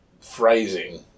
phrasing